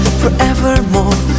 forevermore